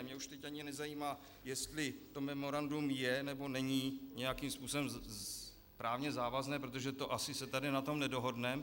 Mě už teď ani nezajímá, jestli to memorandum je, nebo není nějakým způsobem právně závazné, protože se asi tady na tom nedohodneme.